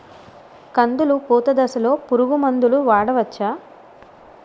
కందులు పూత దశలో పురుగు మందులు వాడవచ్చా?